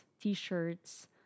t-shirts